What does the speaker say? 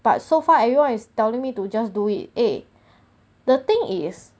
but so far everyone is telling me to just do it eh the thing is